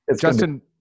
Justin